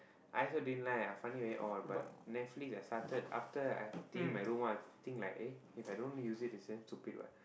I also didn't like I find it very odd but Netflix has started after I eh if I don't use it it's damn stupid what